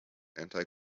anti